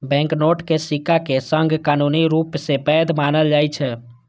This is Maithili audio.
बैंकनोट कें सिक्काक संग कानूनी रूप सं वैध मानल जाइ छै